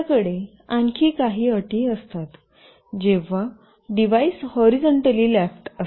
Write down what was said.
आमच्याकडे आणखी काही अटी असतातजेव्हा डिव्हाइस हॉरीझॉन्टली लेफ्ट असते